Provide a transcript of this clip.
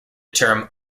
term